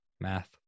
math